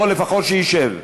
או לפחות שישב.